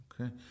Okay